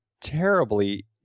terribly